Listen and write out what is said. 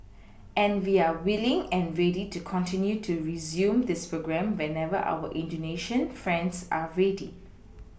and we are willing and ready to continue to resume this programme whenever our indonesian friends are ready